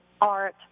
art